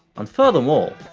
and furthermore,